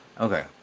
okay